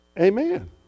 Amen